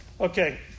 Okay